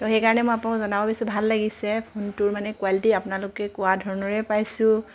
ত' সেইকাৰণে মই আপোনালোকক জনাব বিচাৰিছোঁ ভাল লাগিছে ফোনটোৰ মানে কোৱালিটি আপোনালোকে কোৱা ধৰণৰে পাইছোঁ